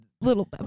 little